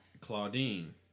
Claudine